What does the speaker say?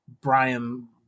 Brian